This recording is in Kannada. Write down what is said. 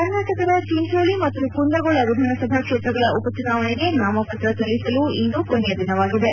ಕರ್ನಾಟಕದ ಚಿಂಚೋಳಿ ಮತ್ತು ಕುಂದಗೋಳ ವಿಧಾನಸಭಾ ಕ್ಷೇತ್ರಗಳ ಉಪಚುನಾವಣೆಗೆ ನಾಮಪತ್ರ ಸಲ್ಲಿಸಲು ಇಂದು ಕೊನೆಯ ದಿನವಾಗಿದೆ